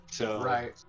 Right